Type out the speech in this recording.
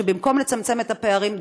שבמקום לצמצם את הפערים,